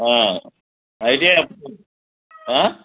అయితే